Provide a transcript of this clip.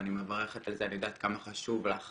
ואני מברכת על זה ויודעת כמה חשובה לך